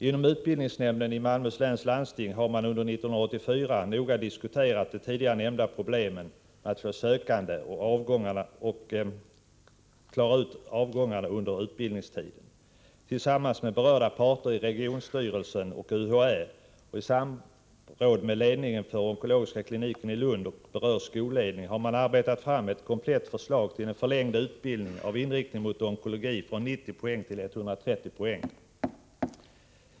Inom utbildningsnämnden i Malmöhus läns landsting har man under 1984 noga diskuterat de tidigare nämnda problemen med för få sökande och med många avgångar under utbildningstiden. Tillsammans med berörda parter i regionstyrelsen och UHÄ samt i samråd med ledningen för onkologiska kliniken i Lund och berörd skolledning har man arbetat fram ett komplett förslag till en förlängd utbildning med inriktningen att studera för att uppnå 130 poäng i stället för 90 poäng onkologi.